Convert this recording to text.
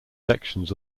sections